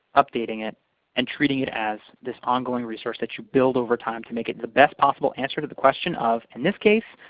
updating it and treating it as this ongoing resource that you build over time to make it the best possible answer to the question of, in this case,